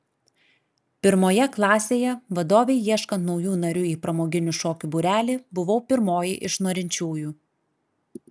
pirmoje klasėje vadovei ieškant naujų narių į pramoginių šokių būrelį buvau pirmoji iš norinčiųjų